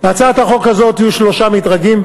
בהצעת החוק הזאת יהיו שלושה מדרגים,